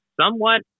somewhat